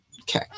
Okay